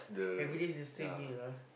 everyday is the same meal ah